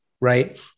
right